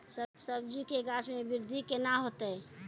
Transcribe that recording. सब्जी के गाछ मे बृद्धि कैना होतै?